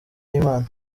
y’imana